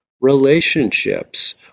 Relationships